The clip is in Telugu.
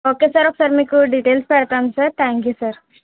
ఓకే సార్ ఒకసారి మీకు డీటెయిల్స్ పెడతాం సార్ థ్యాంక్ యు సార్